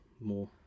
more